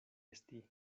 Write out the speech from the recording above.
esti